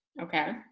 Okay